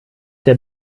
der